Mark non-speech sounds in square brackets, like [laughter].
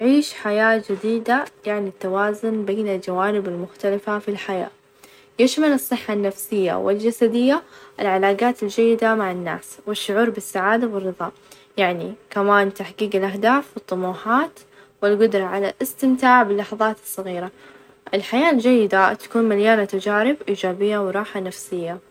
أ [hesitation] أعتقد إنه لازم يكون في توازن بين الإثنين ، النمو الإقتصادي مهم لتطوير البلاد وتحسين مستوى المعيشة، لكن الحفاظ على البيئة بعد شيء أساسي، إذا أهملنا البيئة راح نواجه مشاكل كبيرة في المستقبل فالمفروظ الحكومات تشتغل على تحقيق نمو إقتصادي مستدام يحافظ على البيئة في نفس الوقت.